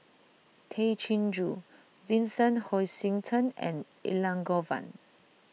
Tay Chin Joo Vincent Hoisington and Elangovan